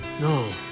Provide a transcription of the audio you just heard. No